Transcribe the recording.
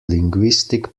linguistic